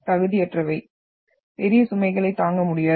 தகுதியற்றவை பெரிய சுமைகளைத் தாங்க முடியாது